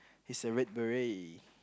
he's a red beret